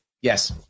Yes